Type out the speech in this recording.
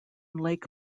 lake